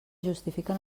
justifiquen